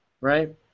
right